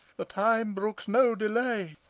the time brooks no delay.